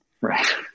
right